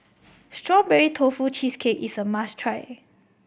Strawberry Tofu Cheesecake is a must try